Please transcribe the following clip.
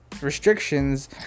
restrictions